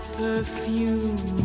perfume